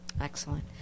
Excellent